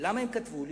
ולמה הם כתבו לי?